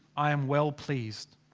i am well pleased.